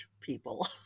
people